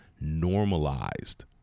normalized